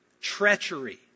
Treachery